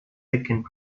environment